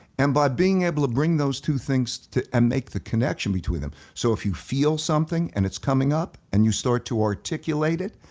and by being able to bring those two things and make the connection between them, so if you feel something and it's coming up and you start to articulate it,